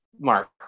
Mark